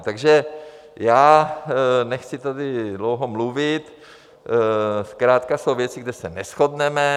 Takže nechci tady dlouho mluvit, zkrátka jsou věci, kde se neshodneme.